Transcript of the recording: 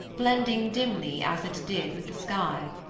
blending dimly, as it did, with the sky.